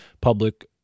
public